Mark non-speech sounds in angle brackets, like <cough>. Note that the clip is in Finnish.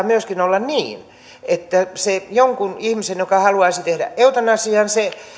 <unintelligible> myöskin olla niin että se joku ihminen joka haluaisi tehdä eutanasian